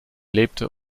lebte